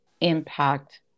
impact